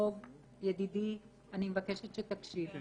דב ידידי, אני מבקשת שתקשיב.